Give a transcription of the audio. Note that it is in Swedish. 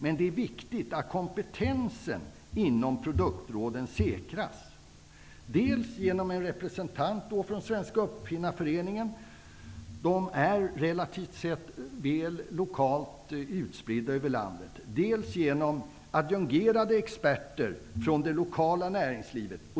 Men det är viktigt att kompetensen inom produktråden säkras, dels genom en representant från SUF -- representanterna är relativt sett lokalt väl utspridda över landet -- dels genom adjungerade experter från det lokala näringslivet.